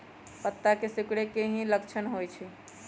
पत्ता के सिकुड़े के की लक्षण होइ छइ?